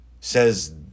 says